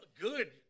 good